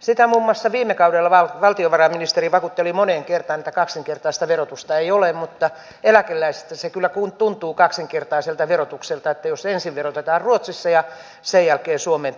sitä muun muassa viime kaudella valtiovarainministeri vakuutteli moneen kertaan että kaksinkertaista verotusta ei ole mutta eläkeläisestä se kyllä tuntuu kaksinkertaiselta verotukselta jos ensin verotetaan ruotsissa ja sen jälkeen suomeen